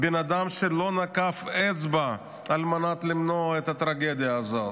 בן אדם שלא נקף אצבע על מנת למנוע את הטרגדיה הזאת.